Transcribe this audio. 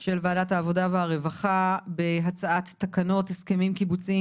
של ועדת העבודה והרווחה בהצעת תקנות הסכמים קיבוציים